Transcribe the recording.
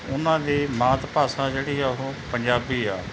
ਉਹਨਾਂ ਦੀ ਮਾਤ ਭਾਸ਼ਾ ਜਿਹੜੀ ਆ ਉਹ ਪੰਜਾਬੀ ਆ